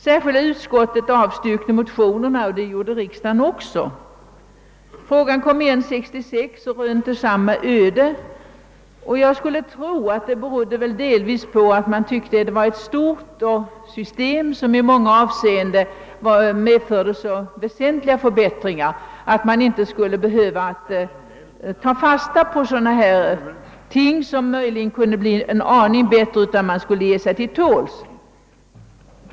Särskilda utskottet avstyrkte motionerna, och riksdagen avslog deras yrkanden. Frågan återkom 1966 och rönte då samma öde. Jag skulle tro, att man ansåg, att systemet var så omfattande och i många avseenden medförde så väsentliga förbättringar, att det inte var nödvändigt att ta fasta på sådana detaljer som möjligen kunde förbättras senare; man borde ge sig till tåls.